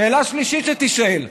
שאלה שלישית שתישאל: